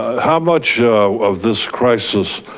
how much of this crisis